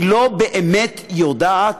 היא לא באמת יודעת,